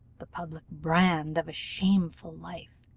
the public brand of a shameful life,